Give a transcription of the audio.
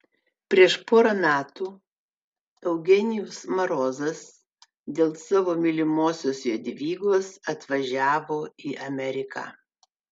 prieš porą metų eugenijus marozas dėl savo mylimosios jadvygos atvažiavo į ameriką